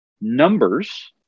numbers